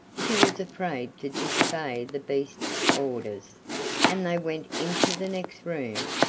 she was afraid to disobey the beast's orders and they went into the next room,